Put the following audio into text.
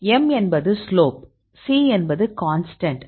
m என்பது slope c என்பது constant